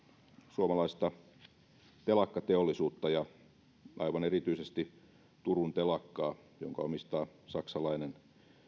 suomalaista telakkateollisuutta ja aivan erityisesti turun telakkaa jonka omistaa saksalainen